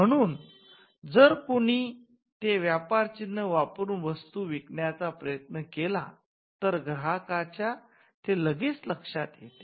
म्हणून जर कुणी ते व्यापार चिन्ह वापरून वस्तू विकण्याचा प्रयत्न केला तर ग्राहकाच्या ते लगेच लक्षात येते